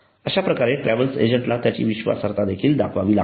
अश्याप्रकारे ट्रॅव्हल एजंटला त्याची विश्वासार्हता दाखवावी लागते